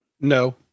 No